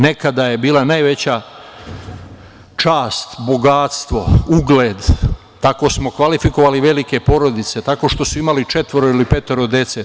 Nekada je bila najveća čast, bogatstvo, ugled, tako smo kvalifikovali velike porodice, tako što su imali četvoro ili petoro dece.